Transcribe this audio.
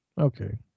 okay